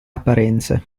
apparenze